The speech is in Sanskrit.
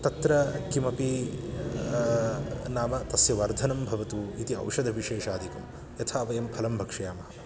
तत्र किमपि नाम तस्य वर्धनं भवतु इति औषधविशेषादिकं यथा वयं फलं भक्षयामः